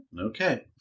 Okay